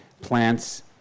plants